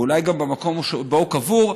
ואולי גם את המקום שבו הוא קבור,